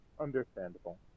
Understandable